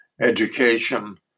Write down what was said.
education